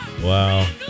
Wow